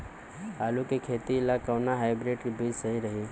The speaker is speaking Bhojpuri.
आलू के खेती ला कोवन हाइब्रिड बीज सही रही?